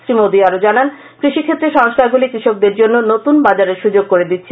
শ্রীমোদি আরও জানান কৃষি ক্ষেত্রে সংস্কারগুলি কৃষকদের জন্য নতুন বাজারের সুযোগ করে দিচ্ছে